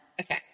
Okay